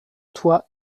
toi